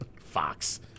Fox